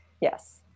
yes